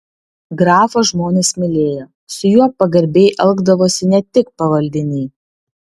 grafą žmonės mylėjo su juo pagarbiai elgdavosi ne tik pavaldiniai